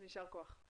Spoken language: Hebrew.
יישר כוח.